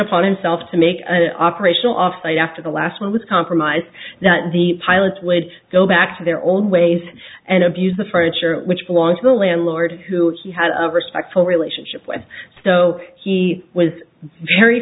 upon himself to make an operational off site after the last one was compromised that the pilots would go back to their own ways and abuse the furniture which was the landlord who he had a respectful relationship with so he was very